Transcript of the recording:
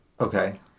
Okay